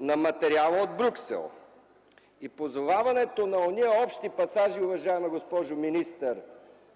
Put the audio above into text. на материала от Брюксел. Позоваването на онези общи пасажи, уважаема госпожо министър,